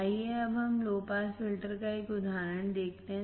आइए अब हम लो पास फिल्टर का एक उदाहरण देखते हैं